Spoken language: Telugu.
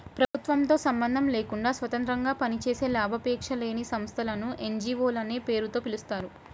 ప్రభుత్వంతో సంబంధం లేకుండా స్వతంత్రంగా పనిచేసే లాభాపేక్ష లేని సంస్థలను ఎన్.జీ.వో లనే పేరుతో పిలుస్తారు